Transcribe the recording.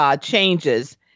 changes